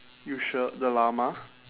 you sure the llama